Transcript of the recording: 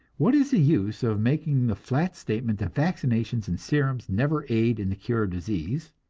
what is the use of making the flat statement that vaccinations and serums never aid in the cure of disease,